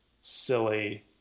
silly